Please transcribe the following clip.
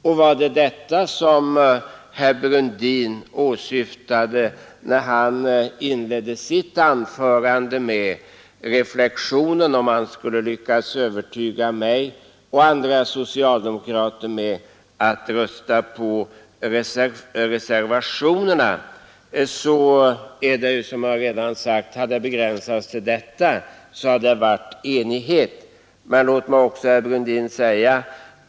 Om herr Brundin hade begränsat sig till detta när han inledde sitt anförande med en undran huruvida han skulle lyckas övertyga mig och andra socialdemokrater att rösta på reservationerna, hade enighet kunnat råda.